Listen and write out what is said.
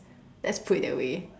let's put it that way